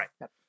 right